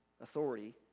authority